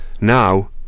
Now